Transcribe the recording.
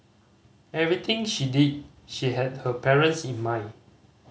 everything she did she had her parents in mind